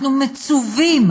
אנחנו מצוּוים,